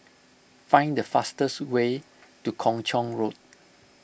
find the fastest way to Kung Chong Road